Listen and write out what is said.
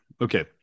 okay